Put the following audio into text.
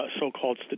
so-called